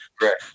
Correct